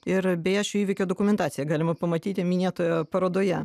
ir beje šio įvykio dokumentaciją galima pamatyti minėtoje parodoje